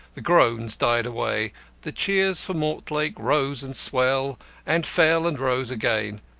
the groans died away the cheers for mortlake rose and swelled and fell and rose again.